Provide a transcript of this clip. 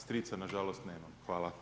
Strica na žalost nemam.